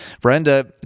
Brenda